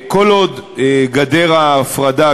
כל עוד גדר ההפרדה,